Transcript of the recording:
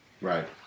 Right